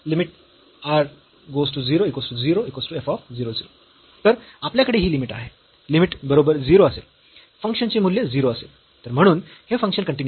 तरम्हणून हे function continuous आहे partial derivative अस्तित्वात आहे आणि फंक्शन कन्टीन्यूअस आहे